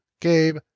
Gabe